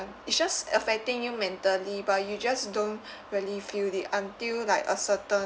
it's just affecting you mentally but you just don't really feel the until like a certai~